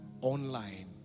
online